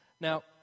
Now